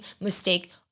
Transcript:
mistake